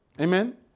Amen